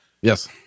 Yes